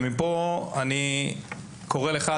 ומפה אני קורא לך,